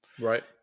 right